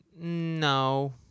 No